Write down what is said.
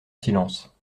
silence